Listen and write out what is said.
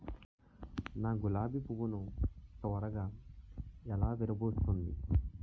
నా గులాబి పువ్వు ను త్వరగా ఎలా విరభుస్తుంది?